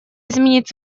изменить